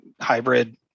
hybrid